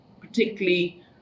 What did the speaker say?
particularly